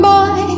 Boy